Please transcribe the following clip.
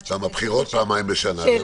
--- גם הבחירות כאן הן פעמיים בשנה.